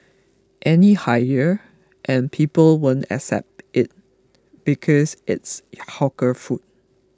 any higher and people won't accept it because it's hawker food